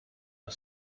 are